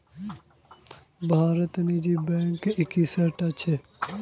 भारतत निजी बैंक इक्कीसटा छ